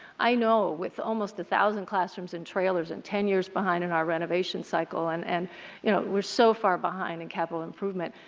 i know with almost one thousand classrooms in trailers and ten years behind in our renovation cycle, and and you know we are so far behind in capital improvement,